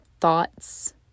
thoughts